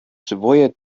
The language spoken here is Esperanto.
survoje